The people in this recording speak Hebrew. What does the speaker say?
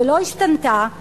שלא השתנתה,